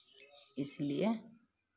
इसलिए